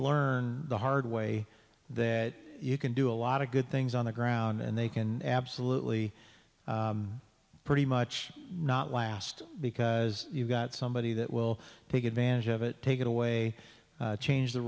learn the hard way that you can do a lot of good things on the ground and they can absolutely pretty much not last because you've got somebody that will take advantage of it take it away change the